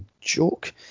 joke